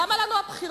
למה לנו הבחירות?